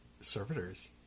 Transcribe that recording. Servitors